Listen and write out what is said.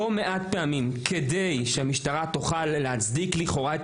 לא מעט פעמים כדי שהמשטרה תוכל להצדיק לכאורה את